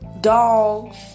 dogs